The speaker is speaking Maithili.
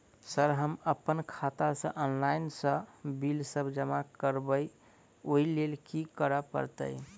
सर हम अप्पन खाता सऽ ऑनलाइन सऽ बिल सब जमा करबैई ओई लैल की करऽ परतै?